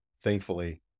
thankfully